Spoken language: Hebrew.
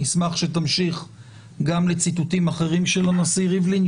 אני אשמח שתמשיך גם לציטוטים אחרים של הנשיא ריבלין.